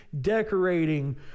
decorating